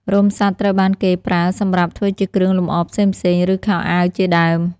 រោមសត្វត្រូវបានគេប្រើសម្រាប់ធ្វើជាគ្រឿងលម្អផ្សេងៗ ឬខោអាវជាដើម។